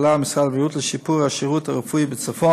העובדה שיש פה חברי כנסת,